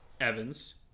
Evans